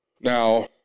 Now